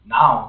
Now